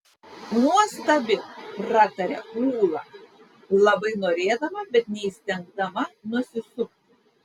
nuostabi prataria ūla labai norėdama bet neįstengdama nusisukti